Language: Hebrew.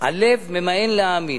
הלב ממאן להאמין.